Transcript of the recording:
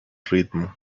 ritmo